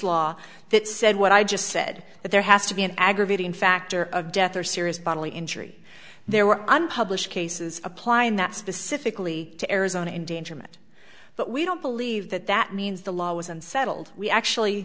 law that said what i just said that there has to be an aggravating factor of death or serious bodily injury there were unpublished cases apply and that specifically to arizona endangerment but we don't believe that that means the law was unsettled we actually